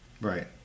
right